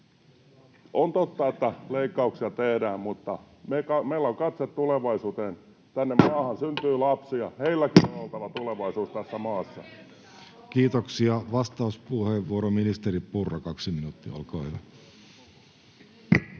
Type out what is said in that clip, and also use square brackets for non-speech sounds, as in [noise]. On totta, että leikkauksia tehdään, mutta meillä on katse tulevaisuuteen. Tänne maahan syntyy lapsia, [noise] heilläkin on oltava tulevaisuus tässä maassa. [noise] Kiitoksia. — Vastauspuheenvuoro, ministeri Purra, kaksi minuuttia, olkaa hyvä.